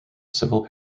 civil